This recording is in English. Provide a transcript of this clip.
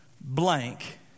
blank